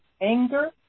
anger